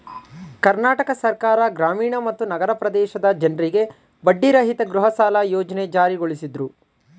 ಕರ್ನಾಟಕ ಸರ್ಕಾರ ಗ್ರಾಮೀಣ ಮತ್ತು ನಗರ ಪ್ರದೇಶದ ಜನ್ರಿಗೆ ಬಡ್ಡಿರಹಿತ ಗೃಹಸಾಲ ಯೋಜ್ನೆ ಜಾರಿಗೊಳಿಸಿದ್ರು